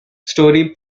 storey